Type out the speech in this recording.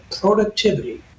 productivity